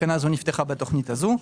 התקנה הזו נפתחה בתוכנית הזו,